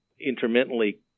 intermittently